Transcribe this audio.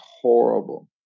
horrible